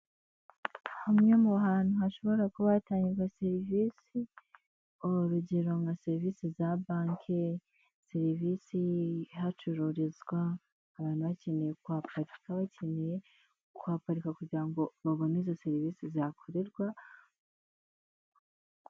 Hamwe mu hantu hashobora kuba hatangirwa serivisi, urugero nka serivisi za banki, serivisi hacururizwa, abantu bakeneye kuhaparika, bakeneye kuhaparika, kugira ngo babone izo serivisi zihakorerwa.